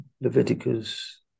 Leviticus